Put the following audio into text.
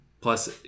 plus